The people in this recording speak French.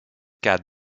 cas